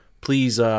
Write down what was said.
please